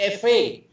FA